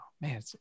man